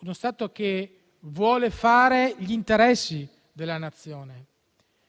uno Stato che vuole fare gli interessi della Nazione.